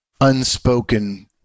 unspoken